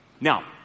now